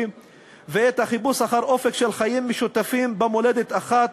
ואת החיפוש אחר אופק של חיים משותפים במולדת אחת,